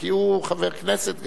כי הוא חבר כנסת גם,